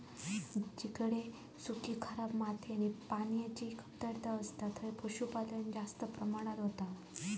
जिकडे सुखी, खराब माती आणि पान्याची कमतरता असता थंय पशुपालन जास्त प्रमाणात होता